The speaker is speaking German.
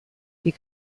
die